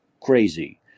crazy